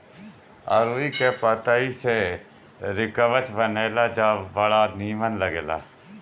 अरुई के पतई से रिकवच बनेला जवन की बड़ा निमन लागेला